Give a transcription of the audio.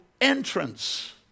entrance